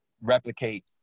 replicate